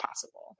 possible